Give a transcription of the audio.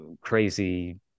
crazy